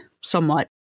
somewhat